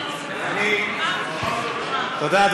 תודה,